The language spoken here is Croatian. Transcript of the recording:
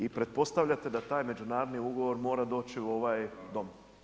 I pretpostavljate da taj međunarodni ugovor mora doći u ovaj dom.